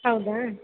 ಹೌದಾ